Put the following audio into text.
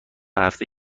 هفته